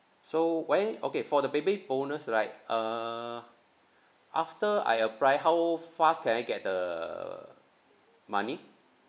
so why okay for the baby bonus right uh after I apply how fast can I get the money